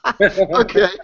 Okay